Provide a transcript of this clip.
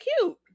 cute